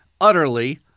utterly